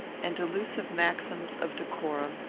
and delusive maxims of decorum,